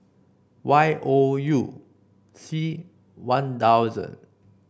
Y O U C One Thousand